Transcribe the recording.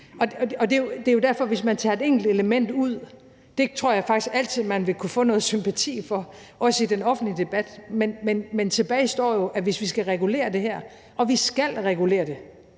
Og det er jo derfor, at hvis man tager et enkelt element ud – det tror jeg faktisk altid man ville kunne få noget sympati for, også i den offentlige debat – står der jo det tilbage, at hvis vi skal regulere det her, og vi skal regulere det,